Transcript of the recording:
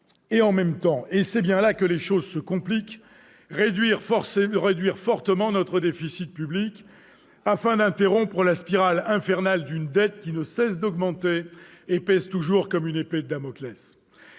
et c'est bien là que les choses se compliquent, réduire fortement notre déficit public, afin d'enrayer la spirale infernale d'une dette qui ne cesse d'augmenter et nous menace toujours comme une épée de Damoclès.